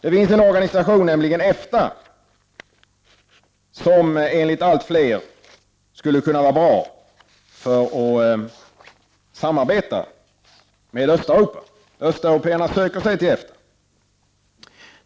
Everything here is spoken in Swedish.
Det finns en organisation, nämligen EFTA, som enligt allt fler skulle kunna vara bra för att samarbeta med Östeuropa. Östeuropéerna söker sig till EFTA.